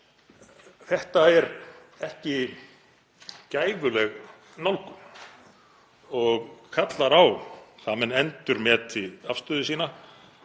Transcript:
Þetta er ekki gæfuleg nálgun og kallar á að menn endurmeti afstöðu sína,